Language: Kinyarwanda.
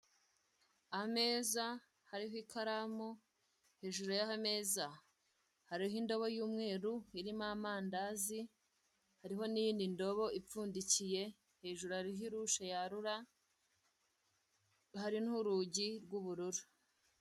Ameza hariho ikaramu, hejuru y'aya meza hariho indobo y'umweru irimo amandazi, hariho n'iyindi ndobo, ipfundikiye hejuru ari ho irusha yarura hari n'urugi rw'ubururu.